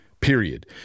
Period